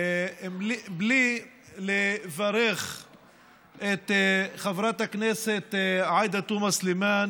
בלי לברך את חברת הכנסת עאידה תומא סלימאן,